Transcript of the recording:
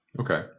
Okay